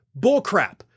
bullcrap